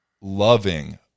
loving